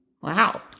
Wow